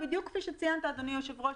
בדיוק כפי שציינת אדוני היושב ראש,